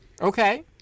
Okay